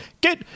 get